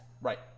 Right